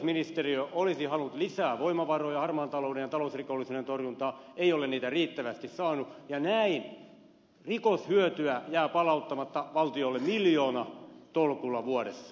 oikeusministeriö olisi halunnut lisää voimavaroja harmaan talouden ja talousrikollisuuden torjuntaan ei ole niitä riittävästi saanut ja näin rikoshyötyä jää palauttamatta valtiolle miljoonatolkulla vuodessa